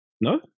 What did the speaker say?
No